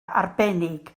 arbennig